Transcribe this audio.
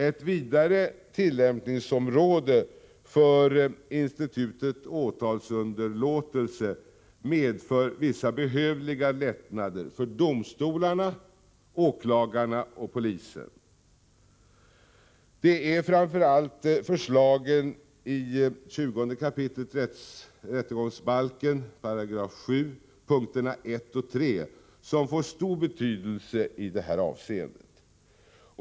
Ett vidare tillämpningsområde för institutet åtalsunderlåtelse medför vissa behövliga lättnader för domstolarna, åklagarna och polisen. Det är framför allt förslagen i rättegångsbalkens 20 kap. 7 § punkterna 1 och 3 som kan få stor betydelse i detta avseende.